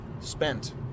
spent